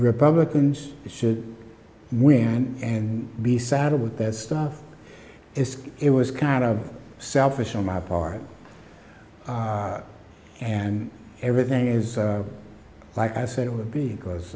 republicans should win and be saddled with that stuff is it was kind of selfish on my part and everything is like i said it would be because